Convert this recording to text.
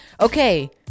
Okay